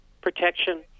Protection